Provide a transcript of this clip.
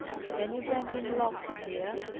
had any of them been locked in here,